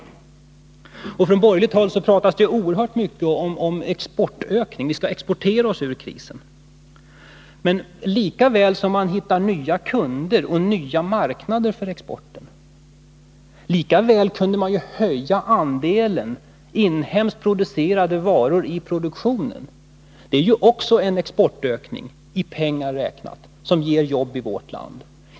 Från borgerligt håll pratas det oerhört mycket om exportökning. Vi skall exportera oss ur krisen, heter det. Men lika väl som man hittar nya kunder och nya marknader för exporten kunde man ju höja andelen inhemskt producerade varor i det man säljer. Det är också en exportökning, i pengar räknat, som ger jobb i vårt land.